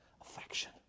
affection